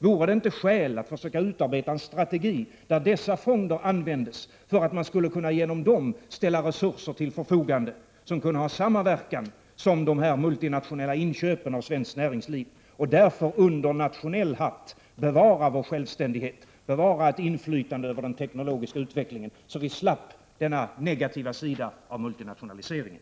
Vore det inte skäl att försöka utarbeta en strategi där dessa fonder används så att man genom dem kan ställa resurser till förfogande som kunde ha samma verkan som de multinationella inköpen av svenskt näringsliv och att man därigenom under nationell hatt kan bevara vår självständighet och bevara ett inflytande över den teknologiska utvecklingen, så att vi slapp denna negativa sida av multinationaliseringen?